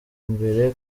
imbere